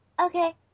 okay